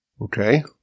Okay